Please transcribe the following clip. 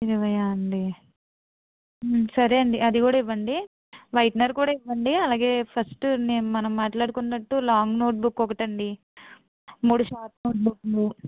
ఇరవై అండి సరే అండి అది కూడా ఇవ్వండి వైట్నర్ కూడా ఇవ్వండి అలాగే ఫస్ట్ నే మనం మాట్లాడుకున్నట్టు లాంగ్ నోట్ బుక్ ఒకటి అండి మూడు షార్ట్ నోట్ బుక్లు